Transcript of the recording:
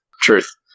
Truth